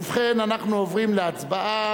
ובכן, אנחנו עוברים להצבעה,